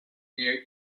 near